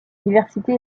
diversité